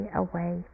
away